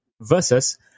versus